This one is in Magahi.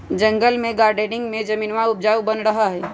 जंगल में गार्डनिंग में जमीनवा उपजाऊ बन रहा हई